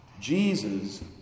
Jesus